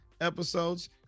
episodes